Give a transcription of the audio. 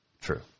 true